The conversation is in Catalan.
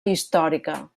històrica